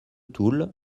toul